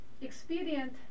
expedient